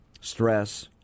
stress